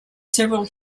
several